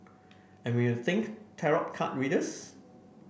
and when you think tarot card readers